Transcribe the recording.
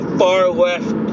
far-left